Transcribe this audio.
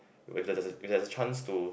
when there's a when there's a chance to